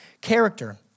character